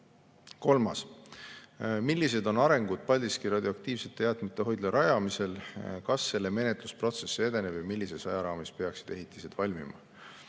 küsimus: "Millised on arengud Paldiski radioaktiivsete jäätmete hoidla rajamisel? Kas selle menetlusprotsess edeneb ja millises ajaraamis peaksid ehitised valmima?"